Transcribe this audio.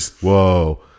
Whoa